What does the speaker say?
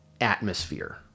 atmosphere